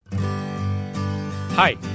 Hi